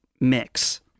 mix